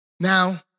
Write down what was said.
Now